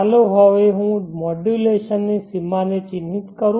ચાલો હવે હું મોડ્યુલેશનની સીમાને ચિહ્નિત કરું